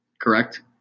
Correct